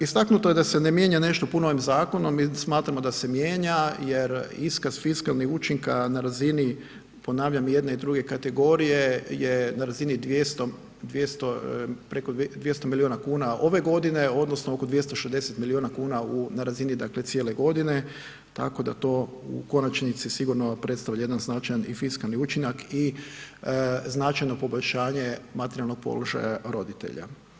Istaknuto je da se ne mijenja nešto puno ovim zakonom, mi smatramo da se mijenja jer iskaz fiskalnih učinka na razini, ponavljam, i jedne i druge kategorije je na razini 200, 200, preko 200 milijuna kuna ove godine odnosno oko 260 milijuna kuna u, na razini, dakle cijele godine, tako da to u konačnici sigurno predstavlja jedan značajan i fiskalni učinak i značajno poboljšanje materijalnog položaja roditelja.